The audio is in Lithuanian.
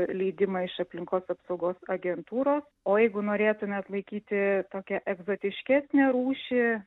leidimą iš aplinkos apsaugos agentūros o jeigu norėtumėt laikyti tokią egzotiškesnę rūšį